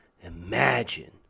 imagine